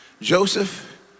Joseph